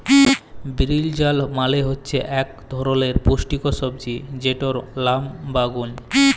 বিরিনজাল মালে হচ্যে ইক ধরলের পুষ্টিকর সবজি যেটর লাম বাগ্যুন